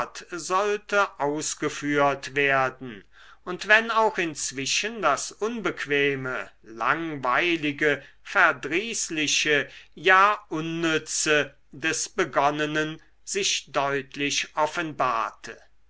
sollte ausgeführt werden und wenn auch inzwischen das unbequeme langweilige verdrießliche ja unnütze des begonnenen sich deutlich offenbarte